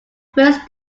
first